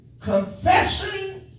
confessing